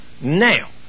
Now